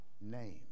name